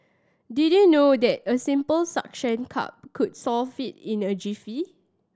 did you know that a simple suction cup could solve it in a jiffy